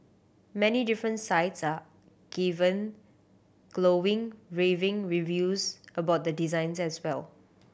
many different sites are given glowing raving reviews about the design as well